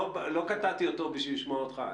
לא קטעתי אותו בשביל לשמוע אותך.